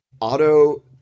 auto